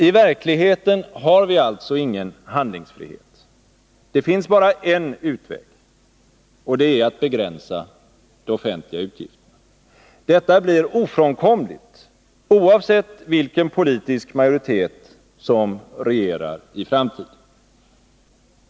I verkligheten har vi alltså ingen handlingsfrihet. Det finns bara en utväg, och det är att begränsa de offentliga utgifterna. Detta blir ofrånkomligt, oavsett vilken politisk majoritet som regerar i framtiden.